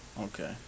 okay